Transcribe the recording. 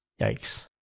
Yikes